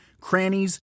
crannies